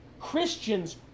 Christians